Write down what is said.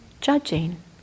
judging